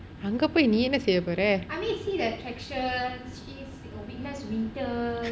அங்க போய் நீ என்ன செய்யப்போற:angka poi nee enna seiyappora